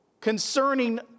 concerning